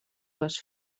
les